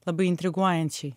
labai intriguojančiai